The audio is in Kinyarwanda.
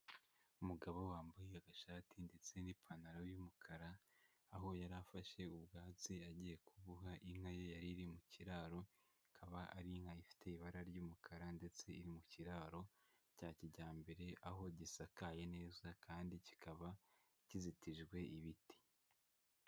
Umugabo wambaye agashati ndetse n'ipantaro y'umukara, aho yari afashe ubwatsi agiye kubuha inka ye yari iri mu kiraro, ikaba ari inka ifite ibara ry'umukara ndetse iri mu kiraro cya kijyambere aho gisakaye neza kandi kikaba kizitijwe ibiti.